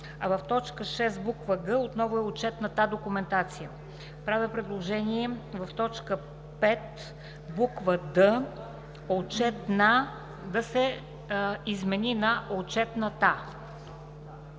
а в т. 6, буква „г“ отново е „отчетната документация“. Правя предложение в т. 5, буква „д“ „отчетна“ да се измени на „отчетната“.